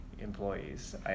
Employees